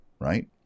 Right